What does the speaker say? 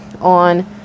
on